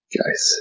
guys